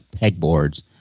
pegboards